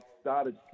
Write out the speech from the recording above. started